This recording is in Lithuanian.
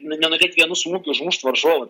nu nenudėk vienu smūgiu užmušt varžovą